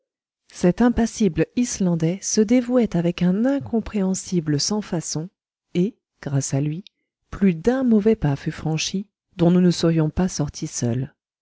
cet impassible islandais se dévouait avec un incompréhensible sans-façon et grâce à lui plus d'un mauvais pas fut franchi dont nous ne serions pas sortis seuls